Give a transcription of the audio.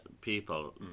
people